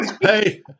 Hey